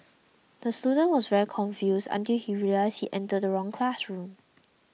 the student was very confused until he realised he entered the wrong classroom